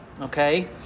okay